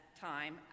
time